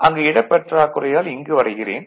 அங்கு இடப்பற்றாக்குறையால் இங்கு வரைகிறேன்